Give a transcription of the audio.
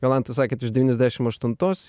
jolanta sakėt iš devyniasdešim aštuntos